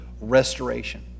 restoration